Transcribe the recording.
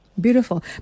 Beautiful